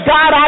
God